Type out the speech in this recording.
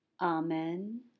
Amen